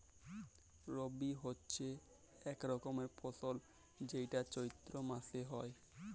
রবি হচ্যে এক রকমের ফসল যেইটা চৈত্র মাসে হ্যয়